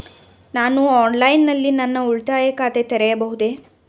ನಾನು ಆನ್ಲೈನ್ ನಲ್ಲಿ ನನ್ನ ಉಳಿತಾಯ ಖಾತೆ ತೆರೆಯಬಹುದೇ?